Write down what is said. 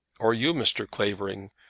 or you, mr. clavering?